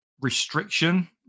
restriction